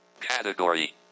Category